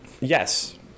Yes